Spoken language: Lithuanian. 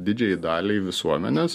didžiajai daliai visuomenės